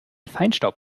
feinstaub